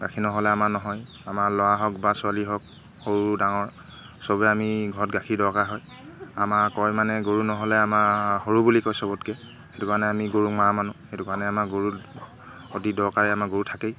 গাখীৰ নহ'লে আমাৰ নহয়েই আমাৰ ল'ৰা হওক বা ছোৱালী হওক সৰু ডাঙৰ চবৰে আমি ঘৰত গাখীৰ দৰকাৰ হয় আমাৰ কয় মানে গৰু নহ'লে আমাৰ সৰু বুলি কয় চবতকৈ সেইটো কাৰণে আমি গৰু মা মানো সেইটো কাৰণে আমাৰ গৰু অতি দৰকাৰেই আমাৰ গৰু থাকেই